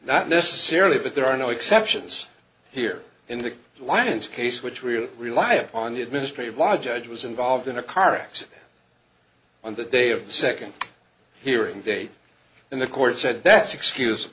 not necessarily but there are no exceptions here in the lion's case which we are relying on the administrative law judge was involved in a car x on the day of the second hearing date and the court said that's excuse